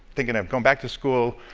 thinking of going back to school,